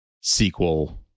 sequel